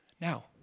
Now